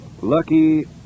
Lucky